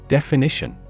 Definition